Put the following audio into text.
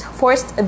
forced